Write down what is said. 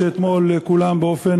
זיכרונו לברכה,